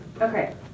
Okay